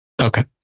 Okay